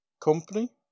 company